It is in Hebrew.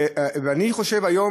ואני חושב היום,